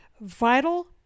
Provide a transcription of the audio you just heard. vital